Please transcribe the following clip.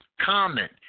comment